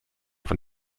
von